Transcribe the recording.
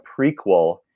prequel